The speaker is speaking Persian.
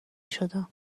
شدم